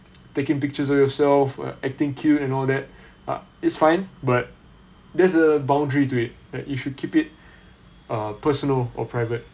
taking pictures of yourself uh acting cute and all that uh it's fine but there's a boundary to it that you should keep it uh personal or private